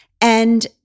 And-